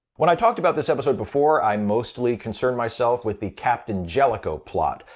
when i talked about this episode before, i mostly concerned myself with the captain jellico plot.